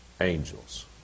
angels